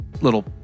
little